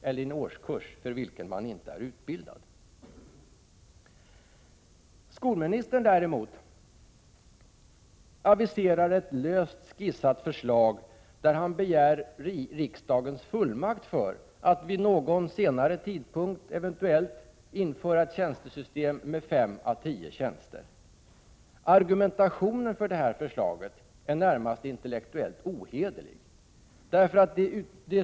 Däremot aviserar skolministern ett löst skisserat förslag där han begär riksdagens fullmakt för att vid en senare tidpunkt eventuellt införa ett tjänstesystem med 5 å 10 tjänster. Argumentationen för detta förslag är nästan intellektuellt ohederlig!